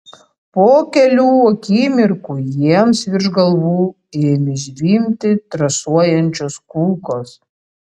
po kelių akimirkų jiems virš galvų ėmė zvimbti trasuojančios kulkos